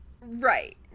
right